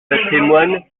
patrimoine